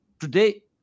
Today